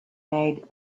made